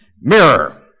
mirror